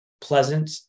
pleasant